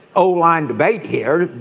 o line debate here.